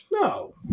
No